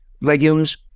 legumes